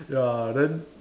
ya then